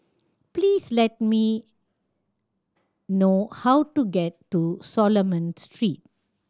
please let me know how to get to Solomon Street